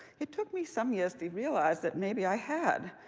it took me some years to realize that maybe i had.